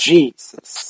Jesus